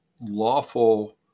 lawful